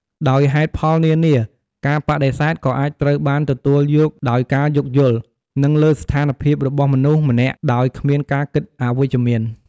ដោយហេតុផលនានា ការបដិសេធក៏អាចត្រូវបានទទួលយកដោយការយោគយល់ និងលើស្ថានភាពរបស់មនុស្សម្នាក់ ដោយគ្មានការគិតអវិជ្ជមាន។